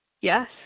Yes